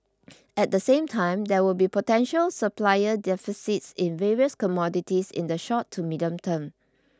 at the same time there will be potential supplier deficits in various commodities in the short to medium term